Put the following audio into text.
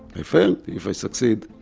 i fail, if i succeed,